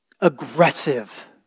Aggressive